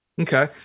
okay